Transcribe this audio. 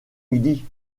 midi